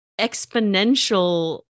exponential